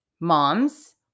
moms